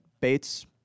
Bates